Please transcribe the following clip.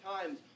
times